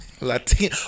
Latin